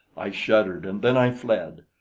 i shuddered, and then i fled.